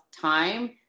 time